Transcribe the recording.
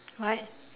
what